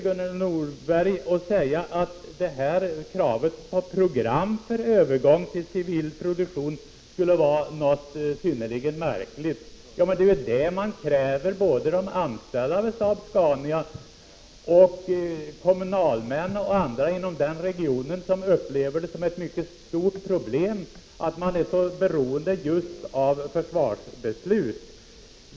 Gunnel Norberg försöker säga att kravet på program för övergång till civil produktion skulle vara något mycket märkligt. Men de anställda vid Saab-Scania liksom också kommunalmän och andra inom denna region upplever det ju som ett mycket stort problem att man är så beroende av just försvarsbeslut.